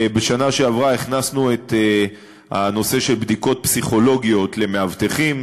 בשנה שעברה הכנסנו את הנושא של בדיקות פסיכולוגיות למאבטחים,